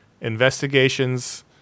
investigations